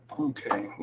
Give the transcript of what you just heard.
okay,